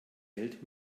hält